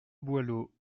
boileau